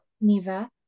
Neva